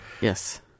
Yes